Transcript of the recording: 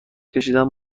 کشیدن